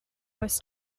was